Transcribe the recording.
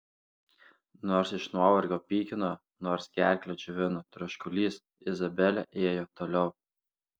nors iš nuovargio pykino nors gerklę džiovino troškulys izabelė ėjo toliau